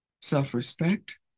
Self-respect